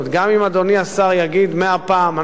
גם אם אדוני השר יגיד מאה פעם: אנחנו